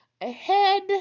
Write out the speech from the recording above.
Ahead